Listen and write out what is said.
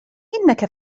إنك